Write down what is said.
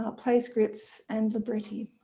ah playscripts and libretti.